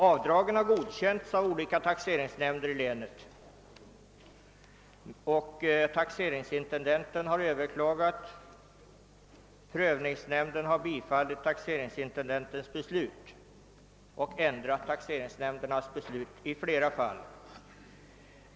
Avdragen har godkänts av olika taxeringsnämnder i länet, men taxeringsintendenten har överklagat och prövningsnämnden har bifallit hans yrkande och i flera fall ändrat taxeringsnämndens beslut.